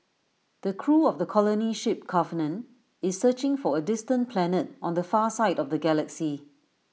the crew of the colony ship covenant is searching for A distant planet on the far side of the galaxy